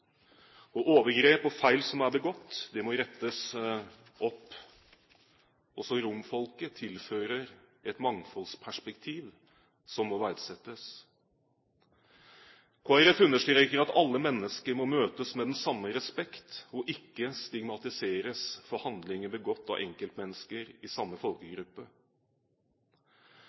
Overgrep og feil som er begått, må rettes opp. Også romfolket tilfører et mangfoldsperspektiv som må verdsettes. Kristelig Folkeparti understreker at alle mennesker må møtes med den samme respekt og ikke stigmatiseres for handlinger begått av enkeltmennesker fra samme folkegruppe.